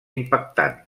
impactant